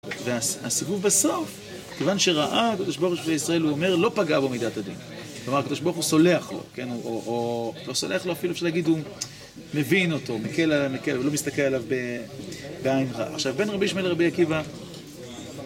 והסיבוב בסוף, כיוון שראה, קדוש ברוך הוא של ישראל, הוא אומר, לא פגע בו מידת הדין. כלומר, קדוש ברוך הוא סולח לו, כן? או לא סולח לו אפילו אפשר להגיד, הוא מבין אותו מקל עליו, ולא מסתכל עליו בעין רע. עכשיו, בן רבי שמעאל, רבי עקיבא